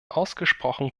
ausgesprochen